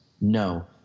No